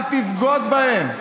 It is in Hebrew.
אל תבגוד בהם.